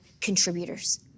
contributors